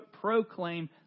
proclaim